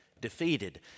Defeated